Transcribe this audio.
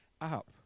up